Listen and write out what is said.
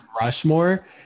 Rushmore